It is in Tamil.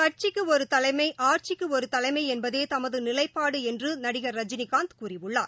கட்சிக்குஒருதலைமைஆட்சிக்குஒருதலைமைஎன்பதேதமதநிலைப்பாடுஎன்றுநடிகர் ரஜினிகாந்தகூறியுள்ளார்